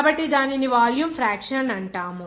కాబట్టి దానిని volume fraction అంటారు